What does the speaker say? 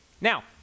Now